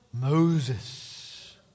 Moses